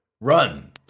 run